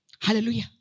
Hallelujah